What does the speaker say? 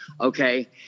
okay